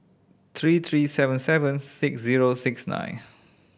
three three seven seven six zero six nine